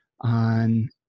on